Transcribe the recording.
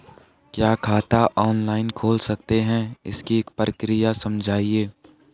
क्या खाता ऑनलाइन खोल सकते हैं इसकी प्रक्रिया समझाइए?